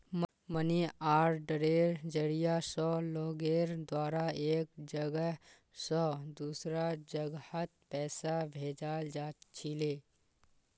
money आर्डरेर जरिया स लोगेर द्वारा एक जगह स दूसरा जगहत पैसा भेजाल जा छिले